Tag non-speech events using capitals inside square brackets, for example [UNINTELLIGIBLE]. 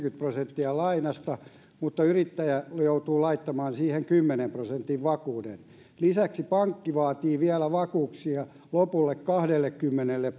prosenttia lainasta mutta yrittäjä joutuu laittamaan siihen kymmenen prosentin vakuuden lisäksi pankki vaatii vielä vakuuksia lopulle kahdellekymmenelle [UNINTELLIGIBLE]